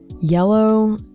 yellow